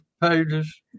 pages